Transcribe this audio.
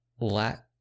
Lat